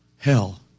Hell